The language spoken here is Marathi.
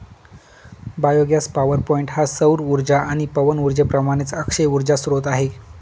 बायोगॅस पॉवरपॉईंट हा सौर उर्जा आणि पवन उर्जेप्रमाणेच अक्षय उर्जा स्त्रोत आहे